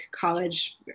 college